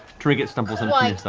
trinket stumbles inside.